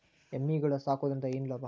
ಎಮ್ಮಿಗಳು ಸಾಕುವುದರಿಂದ ಏನು ಲಾಭ?